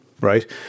right